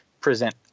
present